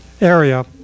area